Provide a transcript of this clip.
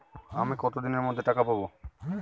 আমি কতদিনের মধ্যে টাকা পাবো?